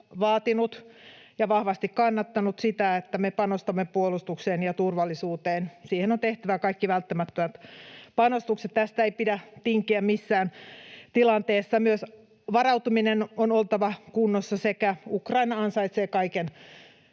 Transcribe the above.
vaatinut ja vahvasti kannattanut sitä, että me panostamme puolustukseen ja turvallisuuteen. Siihen on tehtävä kaikki välttämättömät panostukset, tästä ei pidä tinkiä missään tilanteessa. Myös varautumisen on oltava kunnossa. Ukraina ansaitsee kaiken